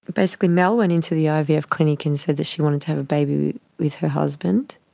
basically mel went into the ivf clinic and said that she wanted to have a baby with her husband,